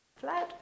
Flood